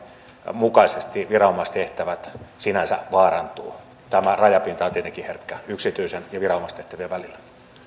mukaisesti viranomaistehtävät sinänsä vaarantuvat tämä rajapinta on tietenkin herkkä yksityisen ja viranomaistehtävien välillä